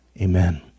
Amen